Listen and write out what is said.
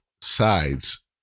sides